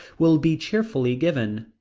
will be cheerfully given.